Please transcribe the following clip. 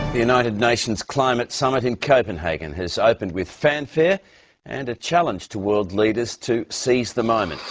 united nations climate summit in copenhagen has opened with fanfare and a challenge towards leaders to seize the moment.